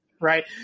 Right